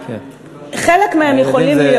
חלק מהם יכולים להיות.